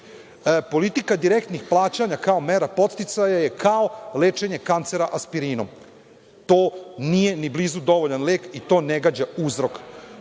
Politika direktnih plaćanja kao mera podsticaja je kao lečenje kancera aspirinom. To nije ni blizu dovoljan lek i to ne gađa uzrok. Uzrok